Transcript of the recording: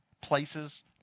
places